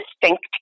distinct